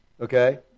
okay